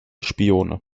spione